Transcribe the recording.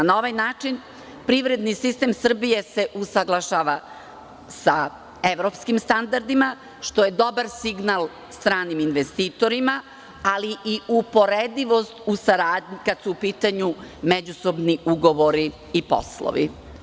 Na ovaj način privredni sistem Srbije se usaglašava sa evropskim standardima, što je dobar signal stranim investitorima, ali i uporedivost kada su u pitanju međusobni ugovori i poslovi.